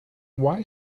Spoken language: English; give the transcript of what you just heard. why